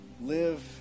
live